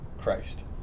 Christ